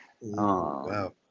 Wow